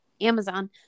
Amazon